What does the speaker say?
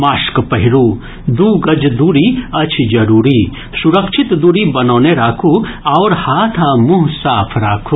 mask पहिरू दू गज दूरी अछि जरूरी सुरक्षित दूरी बनौने राखू आओर हाथ आ मुंह साफ राखू